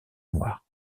noire